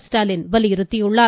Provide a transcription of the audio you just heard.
ஸ்டாலின் வலியுறுத்தியுள்ளார்